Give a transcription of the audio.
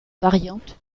variante